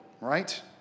right